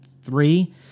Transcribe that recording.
three